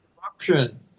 corruption